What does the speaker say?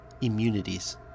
Immunities